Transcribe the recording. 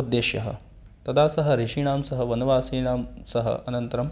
उद्देश्यः तदा सः ऋषीणां सह वनवासीणां सह अनन्तरं